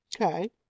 Okay